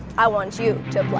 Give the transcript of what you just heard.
i want you to apply